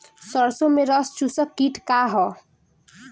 सरसो में रस चुसक किट का ह?